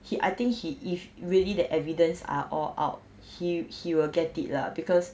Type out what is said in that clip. he I think he is really the evidence are all out he he will get it lah because